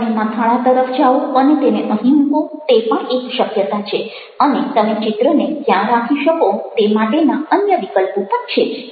તમે મથાળા તરફ જાઓ અને તેને અહીં મૂકો તે પણ એક શક્યતા છે અને તમે ચિત્રને ક્યાં રાખી શકો તે માટેના અન્ય વિકલ્પો પણ છે જ